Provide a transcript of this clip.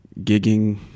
gigging